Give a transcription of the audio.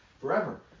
forever